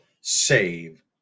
save